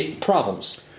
problems